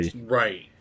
Right